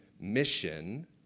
mission